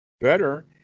Better